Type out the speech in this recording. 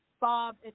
Bob